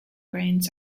grains